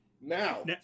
Now